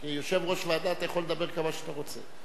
כיושב-ראש ועדה אתה יכול לדבר כמה שאתה רוצה.